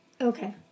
Okay